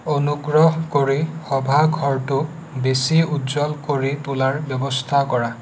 অনুগ্ৰহ কৰি সভাঘৰটো বেছি উজ্জ্বল কৰি তোলাৰ ব্যৱস্থা কৰা